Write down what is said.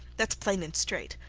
thats plain and straight.